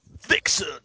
Vixen